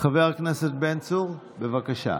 חבר הכנסת בן צור, בבקשה.